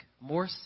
more